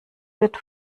wird